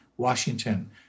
Washington